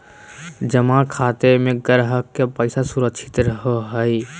जमा खाते में ग्राहक के पैसा सुरक्षित रहो हइ